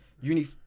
uni